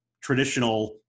traditional